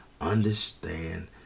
understand